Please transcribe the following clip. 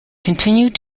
continued